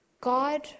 God